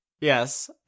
Yes